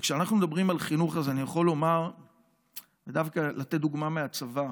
וכשאנחנו מדברים על חינוך אני יכול דווקא לתת דוגמה מהצבא,